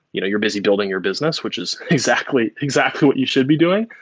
you know you're busy building your business, which is exactly exactly what you should be doing.